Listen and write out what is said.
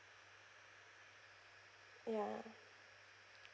ya